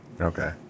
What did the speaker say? Okay